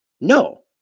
No